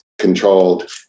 controlled